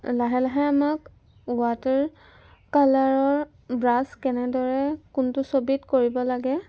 লাহে লাহে আমাক ৱাটাৰ কালাৰৰ ব্ৰাছ কেনেদৰে কোনটো ছবিত কৰিব লাগে